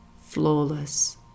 flawless